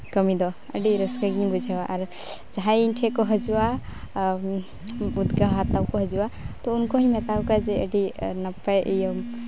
ᱠᱟᱹᱢᱤ ᱫᱚ ᱟᱨ ᱡᱟᱦᱟᱸᱭ ᱤᱧ ᱴᱷᱮᱡ ᱠᱚ ᱦᱤᱡᱩᱜᱼᱟ ᱩᱱᱠᱩ ᱛᱮᱜᱮ ᱦᱟᱛᱟᱣ ᱠᱚ ᱦᱤᱡᱩᱜᱼᱟ ᱛᱳ ᱩᱱᱠᱩᱧ ᱢᱮᱛᱟᱣ ᱠᱚᱣᱟ ᱡᱮ ᱟᱹᱰᱤ ᱱᱟᱯᱟᱭ ᱤᱭᱟᱹ